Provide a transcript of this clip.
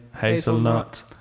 hazelnut